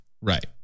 Right